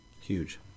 Huge